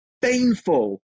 painful